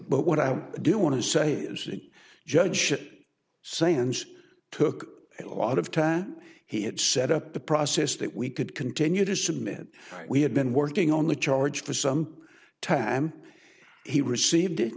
but what i do want to say city judge sand's took a lot of time he had set up the process that we could continue to submit we had been working on the charge for some time he received it